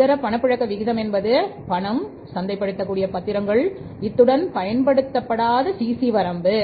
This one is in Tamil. நெட் லிக்கிவிட்டிட்டி ரேஷியோ வரம்பு